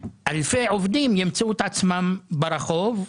אלפי עובדים ימצאו את עצמם ברחוב.